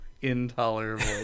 intolerable